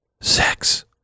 sex